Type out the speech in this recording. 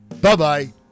Bye-bye